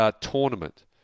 tournament